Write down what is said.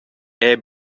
era